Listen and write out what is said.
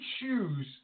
choose